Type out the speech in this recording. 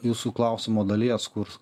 jūsų klausimo dalies kur